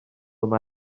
yma